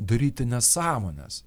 daryti nesąmones